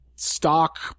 stock